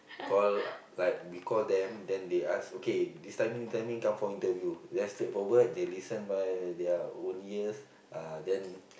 call like we call them then they ask okay this timing this timing come for interview less straightforward they listen by their own ears uh then